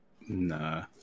Nah